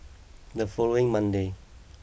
the following Monday